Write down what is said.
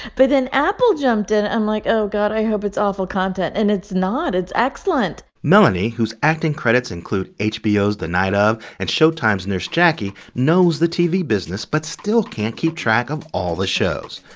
but then apple jumped in. i'm like, oh, god. i hope it's awful content. and it's not. it's excellent mellini, whose acting credits include hbo's the night of and showtime's nurse jackie, knows the tv business, but still can't keep track of all the shows.